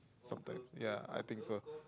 sometimes ya I think so